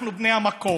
אנחנו בני המקום.